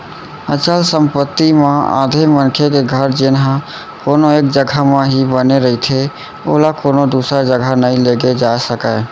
अचल संपत्ति म आथे मनखे के घर जेनहा कोनो एक जघा म ही बने रहिथे ओला कोनो दूसर जघा नइ लेगे जाय सकय